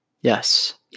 yes